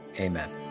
amen